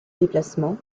déplacement